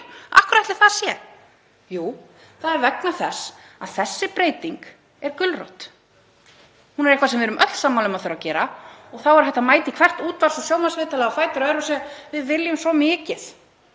hverju ætli það sé? Jú, það er vegna þess að þessi breyting er gulrót. Hún er eitthvað sem við erum öll sammála um að þurfi að gera og þá er hægt að mæta í hvert útvarps- og sjónvarpsviðtalið á fætur öðru og segja: Við viljum svo mikið